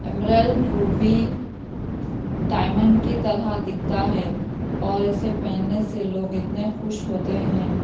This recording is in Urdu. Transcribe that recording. امریلٹ روبی ڈائمنڈ کی طرح دکھتا ہے اور اسے پہننے سے لوگ اتنے خوش ہوتے ہیں